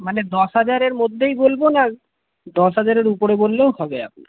মানে দশ হাজারের মধ্যেই বলবো না দশ হাজারের উপরে বললেও হবে আপনার